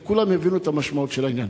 כי כולם הבינו את המשמעות של העניין.